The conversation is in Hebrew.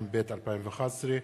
התשע"ב 2011,